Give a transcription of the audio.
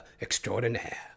extraordinaire